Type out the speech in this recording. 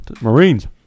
Marines